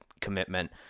commitment